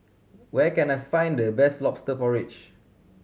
where can I find the best Lobster Porridge